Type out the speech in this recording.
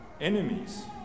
enemies